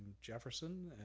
Jefferson